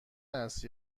است